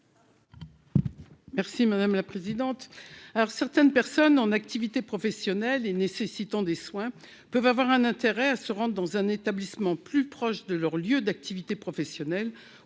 Mme Raymonde Poncet Monge. Certaines personnes, en activité professionnelle et ayant besoin de soins, peuvent avoir un intérêt à se rendre dans un établissement plus proche de leur lieu d'activité professionnelle